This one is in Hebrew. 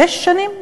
שש שנים?